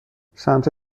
سمت